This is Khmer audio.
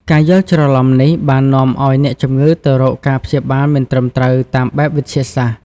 ការយល់ច្រឡំនេះបាននាំឱ្យអ្នកជំងឺទៅរកការព្យាបាលមិនត្រឹមត្រូវតាមបែបវិទ្យាសាស្ត្រ។